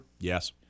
Yes